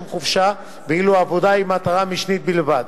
חופשה ואילו העבודה היא מטרה משנית בלבד,